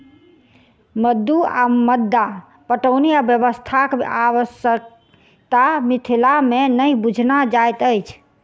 मद्दु वा मद्दा पटौनी व्यवस्थाक आवश्यता मिथिला मे नहि बुझना जाइत अछि